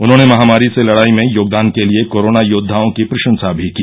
उन्होंने महामारी से लडाई में योगदान के लिए कोरोना योद्वाओं की प्रशंसा भी की